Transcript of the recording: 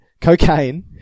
cocaine